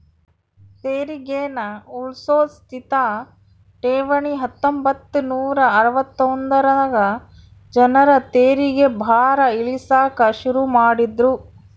ತೆರಿಗೇನ ಉಳ್ಸೋ ಸ್ಥಿತ ಠೇವಣಿ ಹತ್ತೊಂಬತ್ ನೂರಾ ಅರವತ್ತೊಂದರಾಗ ಜನರ ತೆರಿಗೆ ಭಾರ ಇಳಿಸಾಕ ಶುರು ಮಾಡಿದ್ರು